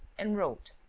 and wrote,